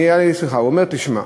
הוא אומר: תשמע,